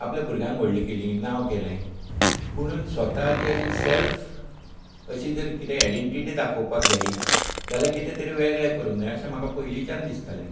आपल्या भुरग्यांक व्हडलीं केलीं नांव केलें पुणून स्वता ती अशी अशी जर कितेंय आयडेंटीटी दाखोवपाक जाय जाल्यार कितें तरी वेगळे करूंक जाय अशें म्हाका पयलींच्यान दिसतालें